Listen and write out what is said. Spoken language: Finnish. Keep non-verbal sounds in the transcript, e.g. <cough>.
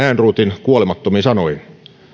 <unintelligible> ehrnroothin kuolemattomiin sanoihin